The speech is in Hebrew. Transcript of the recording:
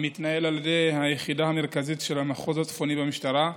והיא מתנהלת על ידי היחידה המרכזית של המחוז הצפוני במשטרה.